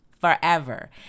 forever